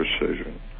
precision